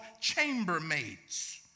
chambermaids